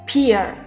Peer